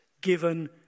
given